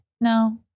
No